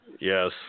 Yes